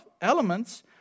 elements